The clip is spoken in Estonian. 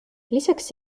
lisaks